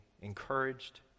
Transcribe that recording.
encouraged